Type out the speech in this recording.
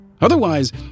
Otherwise